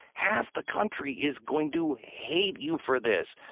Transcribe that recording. half the country is going to hate you for this.